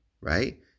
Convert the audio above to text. Right